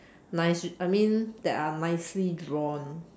nice I mean that are nicely drawn